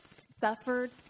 suffered